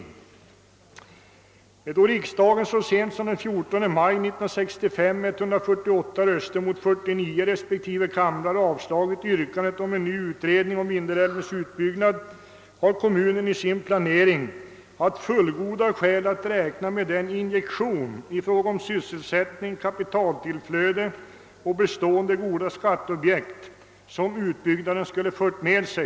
— Då riksdagen så sent som den 14 maj 1965, med 148 röster mot 49 i respektive kamrar avslagit yrkandet om en ny utredning om Vindelälvens utbyggnad, har kommunen i sin planering haft fullgoda skäl att räkna med den injektion i fråga om sysselsättning, kapitaltillflöde och bestående goda skatteobjekt, som utbyggnaden skulle fört med sig ———.